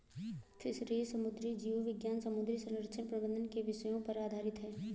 fisheries समुद्री जीव विज्ञान समुद्री संरक्षण प्रबंधन के विषयों पर आधारित है